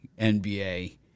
NBA